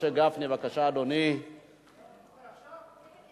תודה רבה למציעים, לעובדים ולעושים